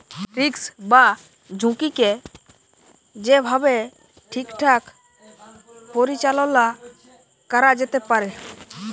risk বা ঝুঁকিকে যে ভাবে ঠিকঠাক পরিচাললা ক্যরা যেতে পারে